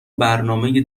برنامه